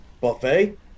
buffet